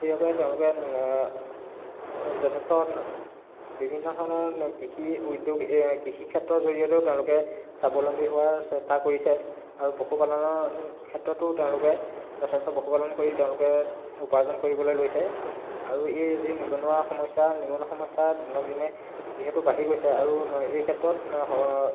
সেইবাবে তেওঁলোকে যথেষ্ট বিভিন্ন ধৰণৰ কৃষি উদ্যোগ এই কৃষিক্ষেত্ৰৰ জৰিয়তেও তেওঁলোকে স্বাৱলম্বী হোৱাৰ চেষ্টা কৰিছে আৰু পশুপালনৰ ক্ষেত্ৰতো তেওঁলোকে যথেষ্ট পশুপালন কৰি তেওঁলোকে উপাৰ্জন কৰিবলৈ লৈছে আৰু এই যি নিবনুৱা সমস্যা নিবনুৱা সমস্যা দিনক দিনে যিহেতু বাঢ়ি গৈছে আৰু এই ক্ষেত্ৰত